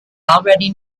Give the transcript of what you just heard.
already